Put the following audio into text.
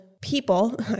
people